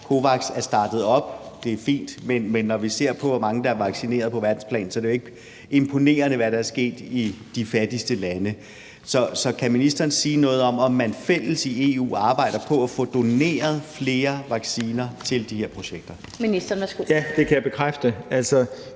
COVAX er startet op, og det er fint, men når vi ser på, hvor mange der er vaccineret på verdensplan, er det jo ikke imponerende, hvad der er sket i de fattigste lande. Så kan ministeren sige noget om, om man fælles i EU arbejder på at få doneret flere vacciner til de her projekter? Kl. 16:44 Den fg.